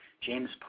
James